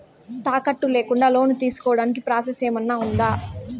తాకట్టు లేకుండా లోను తీసుకోడానికి ప్రాసెస్ ఏమన్నా ఉందా?